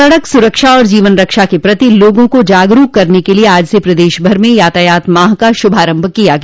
सड़क सुरक्षा और जीवन रक्षा के प्रति लोगों को जागरूक करने के लिए आज से प्रदेशभर में यातायात माह का श्रभारम्भ किया गया